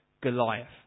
Goliath